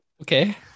Okay